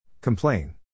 Complain